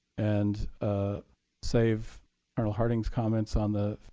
and ah save colonel harding's comments on the